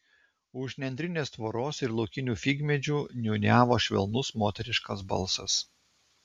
už nendrinės tvoros ir laukinių figmedžių niūniavo švelnus moteriškas balsas